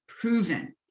proven